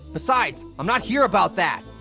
besides, i'm not here about that.